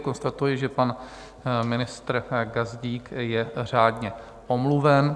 Konstatuji, že pan ministr Gazdík je řádně omluven.